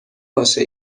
باشه